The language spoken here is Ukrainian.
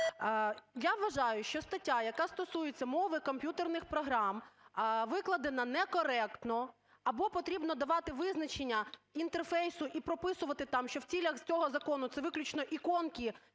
Я вважаю, що стаття, яка стосується мови комп'ютерних програм, викладена некоректно. Або потрібно давати визначення інтерфейсу і прописувати там, що в цілях цього закону це виключно іконки,